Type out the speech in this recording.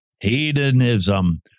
Hedonism